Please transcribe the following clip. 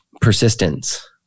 persistence